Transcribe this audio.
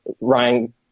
Ryan